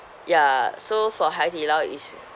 ya so for haidilao is